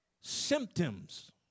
symptoms